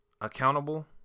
accountable